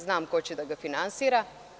Znam ko će da ga finansira.